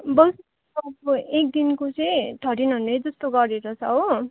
बस्नु त अब एक दिनको चाहिँ थर्टिन हन्ड्रेड जस्तो गरेर छ हो